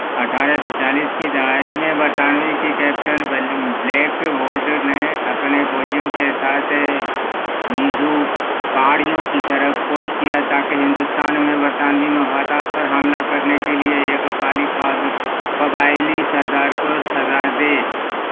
اٹھارہ سو چالیس کی دہائی میں برطانوی کی کیپٹن بلیک ووڈ نے اپنے فوجیوں کے ساتھ میزو پہاڑیوں کی طرف کوچ کیا تاکہ ہندوستان میں برطانوی مفادات پر حملہ کرنے کے لیے ایک پالی قبائلی سردار کو سزا دے